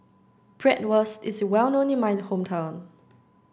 bratwurst is well known in my hometown